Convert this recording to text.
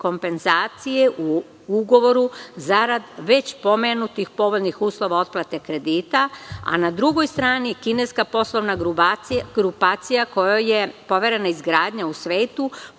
kompenzacije u ugovoru zarad već pomenutih povoljnih uslova otplate kredita, a na drugoj strani kineska poslova grupacija kojoj je poverena izgradnja u svetu